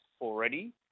already